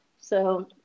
So-